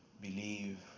believe